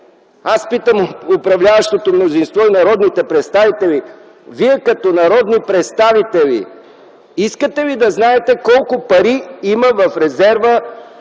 Аз питам управляващото мнозинство и народните представители: вие като народни представители искате ли да знаете колко пари има в резерва